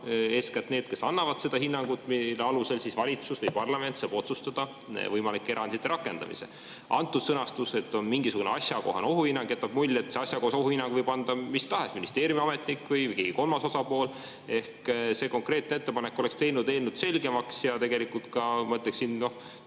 olema need, kes annavad selle hinnangu, mille alusel valitsus või parlament saab otsustada võimalike erandite rakendamise. Antud sõnastus, et on mingisugune asjakohane ohuhinnang, jätab mulje, et selle asjakohase ohuhinnangu võib anda kes tahes ministeeriumiametnik või keegi kolmas osapool. See konkreetne ettepanek oleks teinud eelnõu selgemaks ja tegelikult, ma ütleksin,